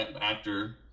actor